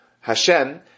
Hashem